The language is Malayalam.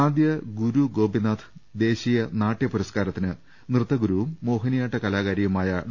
ആദ്യ ഗുരു ഗോപിനാഥ് ദേശീയ നാട്യ പുരസ്കാരത്തിന് നൃത്ത ഗുരുവും മോഹിനിയാട്ട കലാകാരിയുമായ ഡോ